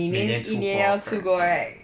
每年一年要出国 right